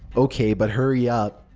ok, but hurry up!